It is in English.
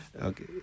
Okay